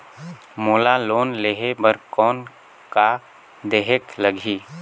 मोला लोन लेहे बर कौन का देहेक लगही?